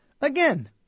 Again